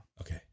Okay